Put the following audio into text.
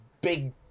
big